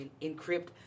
encrypt